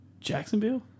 Jacksonville